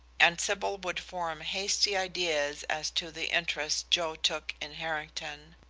and sybil would form hasty ideas as to the interest joe took in harrington.